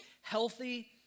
healthy